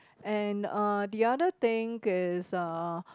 and uh the other thing is uh